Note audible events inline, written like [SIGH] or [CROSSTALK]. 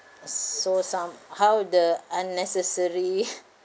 so somehow the unnecessary [NOISE]